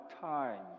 time